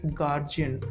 guardian